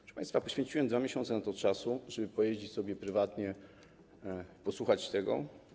Proszę państwa, poświęciłem 2 miesiące na to, żeby pojeździć sobie prywatnie i posłuchać tego.